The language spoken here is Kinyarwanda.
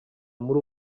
muri